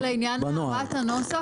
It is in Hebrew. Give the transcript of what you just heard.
רק לעניין העברת הנוסח,